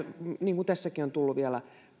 niin kuin tässäkin on on tullut vielä